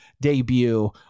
debut